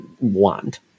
wand